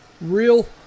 real